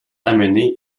amené